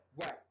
Right